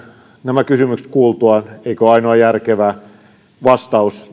nämä kysymykset kuultuaan eikö ainoa järkevä vastaus